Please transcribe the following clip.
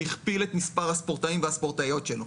הכפיל את מספר הספורטאים והספורטאיות שלו.